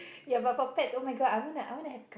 ya but for pet oh-my-god I wanna I wanna have